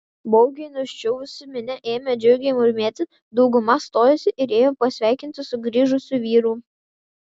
baugiai nuščiuvusi minia ėmė džiugiai murmėti dauguma stojosi ir ėjo pasveikinti sugrįžusių vyrų